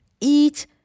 eat